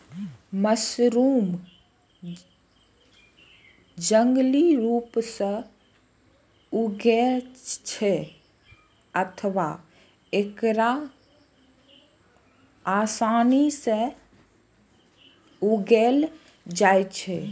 mushroom जंगली रूप सं उगै छै अथवा एकरा आसानी सं उगाएलो जाइ छै